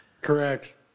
Correct